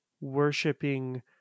worshipping